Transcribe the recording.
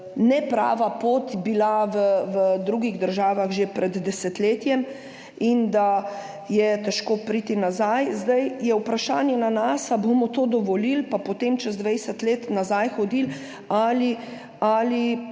neprava pot v drugih državah že pred desetletjem in da je težko priti nazaj. Zdaj je vprašanje na nas, ali bomo to dovolili in potem čez 20 let hodili